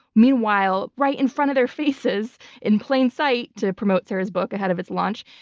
meanwhile, right in front of their faces in plain sight, to promote sarah's book ahead of its launch,